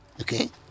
Okay